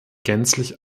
gänzlich